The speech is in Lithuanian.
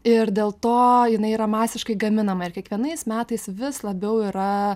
ir dėl to jinai yra masiškai gaminama ir kiekvienais metais vis labiau yra